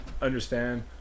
understand